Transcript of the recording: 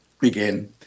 Begin